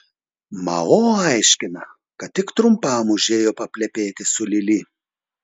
mao aiškina kad tik trumpam užėjo paplepėti su lili